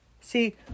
See